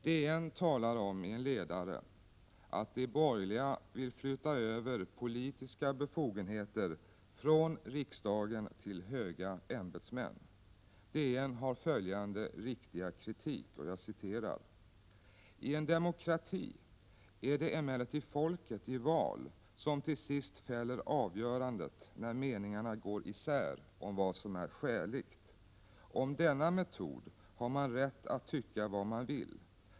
DN talar i en ledare om att de borgerliga vill flytta över politiska befogenheter från riksdagen till höga ämbetsmän. DN har följande riktiga kritik: ”I en demokrati är det emellertid folket i val som till sist fäller avgörandet när meningarna går isär om vad som är skäligt. Om denna metod har man rätt att tycka vad man vill.